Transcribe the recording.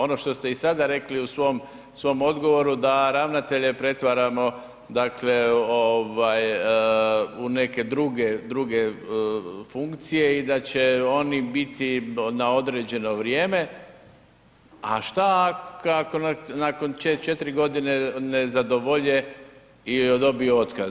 Ono što ste i sada rekli u svom odgovoru da ravnatelje pretvaramo dakle u neke druge funkcije i da će oni biti na određeno vrijeme, a šta ako nakon 4 godine ne zadovolje i dobiju otkaz?